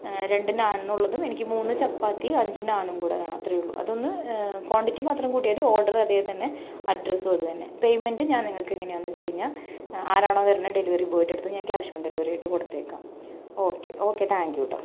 രണ്ട് നാൻ എന്നുള്ളതും എനിക്ക് മൂന്ന് ചപ്പാത്തി അഞ്ച് നാനും കൂടെ വേണം അത്രേയുളളൂ അതൊന്ന് ക്വാണ്ടിറ്റി മാത്രം കൂട്ടിയാൽ മതി ഓർഡർ അതുതന്നെ അഡ്രസ്സും അത് തന്നെ പേമെൻറ് ഞാൻ നിങ്ങൾക്ക് എങ്ങനെയാണെന്ന് വെച്ചുകഴിഞ്ഞാൽ ആരാണോ വരുന്നത് ഡെലിവറി ബോയുടെ അടുത്ത് ഞാൻ ക്യാഷ് ഓൺ ഡെലിവറി ആയിട്ട് കൊടുത്തേക്കാം ഓക്കെ ഓക്കെ താങ്ക് യൂ കേട്ടോ